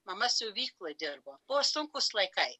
mama siuvykloj dirbo buvo sunkūs laikai